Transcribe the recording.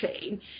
chain